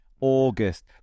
August